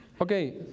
Okay